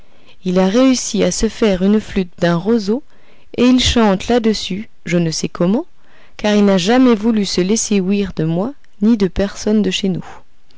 il a réussi à se faire une flûte d'un roseau et il chante là-dessus je ne sais comment car il n'a jamais voulu se laisser ouïr de moi ni de personne de chez nous